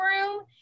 room